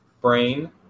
Brain